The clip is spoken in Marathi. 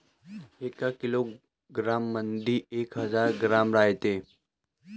एका किलोग्रॅम मंधी एक हजार ग्रॅम रायते